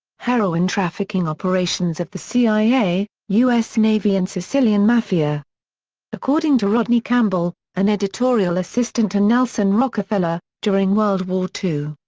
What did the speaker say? heroin trafficking operations of the cia, u s. navy and sicilian mafia according to rodney campbell, an editorial assistant to nelson rockefeller, during world war ii,